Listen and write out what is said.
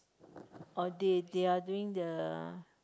oh they they are doing the